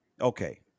Okay